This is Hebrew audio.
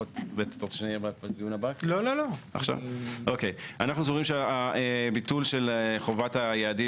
אינטגרלי ובסיסי בקביעת המנגנון כולו והמודל.